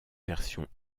version